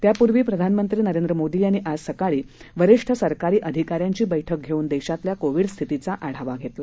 तत्पूर्वी प्रधानमंत्री मोदी यांनी आज सकाळी वरिष्ठ सरकारी अधिकाऱ्यांची बैठक घेऊन देशातल्या कोविड स्थितीचा आढावा घेतला